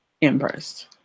impressed